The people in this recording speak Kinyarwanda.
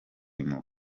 impuhwe